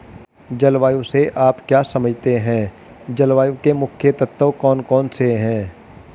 जलवायु से आप क्या समझते हैं जलवायु के मुख्य तत्व कौन कौन से हैं?